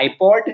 iPod